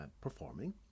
performing